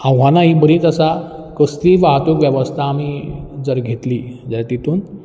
आव्हानां हीं बरींच आसा कसलीच वाहतूक वेवस्था आमी जर घेतली जाल्यार तितूंत